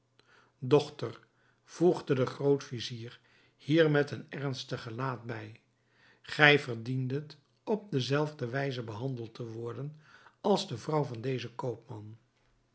dochter voegde de groot-vizier hier met een ernstig gelaat bij gij verdiendet op dezelfde wijze behandeld te worden als de vrouw van dezen koopman